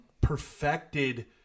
perfected